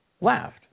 laughed